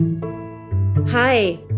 Hi